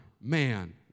man